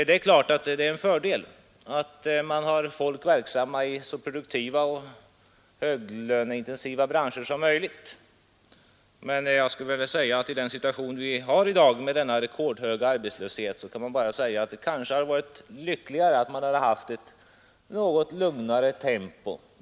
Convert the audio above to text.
Det är klart att det är en fördel att man har folk verksamma i så produktiva och ”höglöneintensiva” branscher som möjligt, men jag skulle vilja säga att i den situation vi har i dag, med rekordhög arbetslöshet, hade det kanske varit lyckligare med något lugnare tempo.